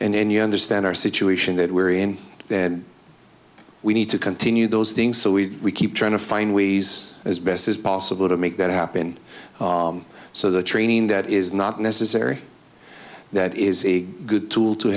and then you understand our situation that we're in then we need to continue those things so we keep trying to find ways as best as possible to make that happen so the training that is not necessary that is a good tool to